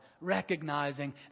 recognizing